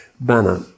Banner